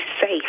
safe